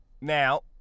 Now